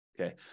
Okay